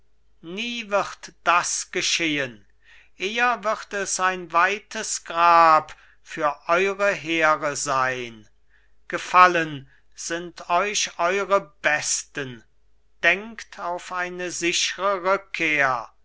nie wird das geschehen eher wird es ein weites grab für eure heere sein gefallen sind euch eure besten denkt auf eine sichre rückkehr